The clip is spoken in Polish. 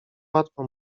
łatwo